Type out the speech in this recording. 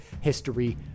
History